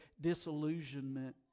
disillusionment